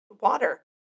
water